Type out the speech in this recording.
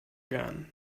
gern